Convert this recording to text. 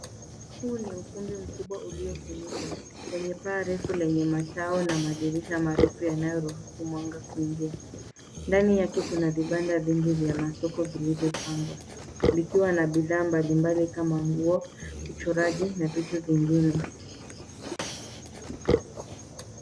Huu ni ukumbi mkubwa uliofunikwa wenye paa refu lenye matao na madirisha marefu yanayoruhusu mwanga kuingia. Ndani yake kuna vibanda vingi vya masoko vilivyopangwa vikiwa na bidhaa mbalimbali kama nguo, uchoraji na vitu vingine.